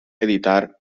editar